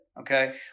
okay